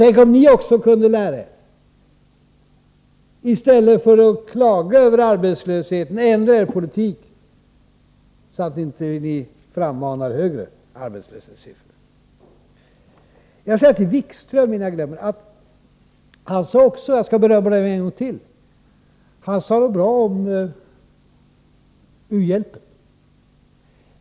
Tänk om ni också kunde lära er, i stället för att klaga över arbetslösheten. Nej, ändra er politik, så att ni inte frammanar högre arbetslöshetssiffror! Innan jag glömmer det skall jag berömma Jan-Erik Wikström en gång till. Han sade någonting bra om u-hjälpen.